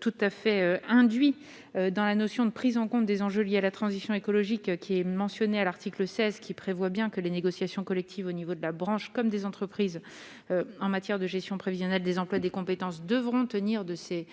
tout à fait induit dans la notion de prise en compte des enjeux liés à la transition écologique qui est mentionné à la. Le 16 qui prévoit bien que les négociations collectives au niveau de la branche comme des entreprises en matière de gestion prévisionnelle des emplois, des compétences devront tenir de c'est